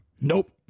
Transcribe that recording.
nope